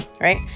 Right